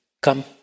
come